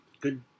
good